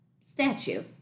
statue